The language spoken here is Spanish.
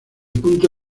punto